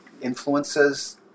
influences